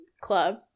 club